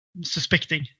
suspecting